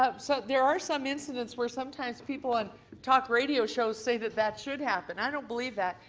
um so there are some incidents where sometimes people on talk radio shows say that that should happen, i don't believe that,